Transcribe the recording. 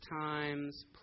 times